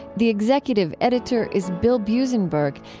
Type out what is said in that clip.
the executive editor is bill buzenberg,